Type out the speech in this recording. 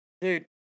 Dude